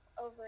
over